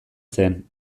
zen